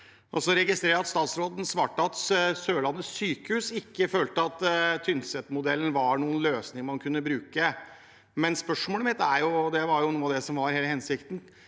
Så registrerer jeg at statsråden svarte at Sørlandet sykehus ikke følte at Tynset-modellen var noen løsning man kunne bruke, men spørsmålet mitt er jo, og det var noe av det som var hele hensikten: